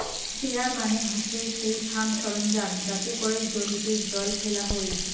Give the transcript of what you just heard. sprayer মানে হসে সেই ফার্ম সরঞ্জাম যাতে করে জমিতে জল ফেলা হই